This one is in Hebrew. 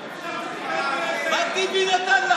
חבר הכנסת כץ,